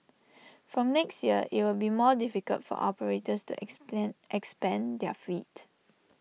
from next year IT will be more difficult for operators to explain expand their fleet